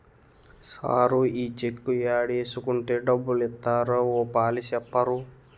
sir ఈ cheque ఏడేసుకుంటే డబ్బులిత్తారో ఓ పాలి సెప్పరూ